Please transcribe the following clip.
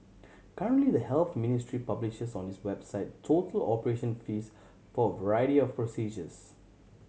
currently the Health Ministry publishes on its website total operation fees for a variety of procedures